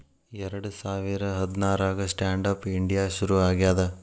ಎರಡ ಸಾವಿರ ಹದ್ನಾರಾಗ ಸ್ಟ್ಯಾಂಡ್ ಆಪ್ ಇಂಡಿಯಾ ಶುರು ಆಗ್ಯಾದ